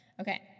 Okay